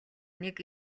нэг